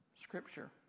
Scripture